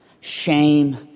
shame